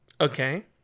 Okay